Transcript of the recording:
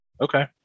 Okay